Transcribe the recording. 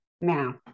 now